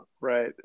Right